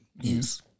Yes